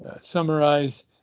summarize